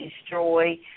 destroy